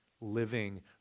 living